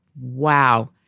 Wow